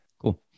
Cool